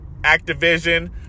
Activision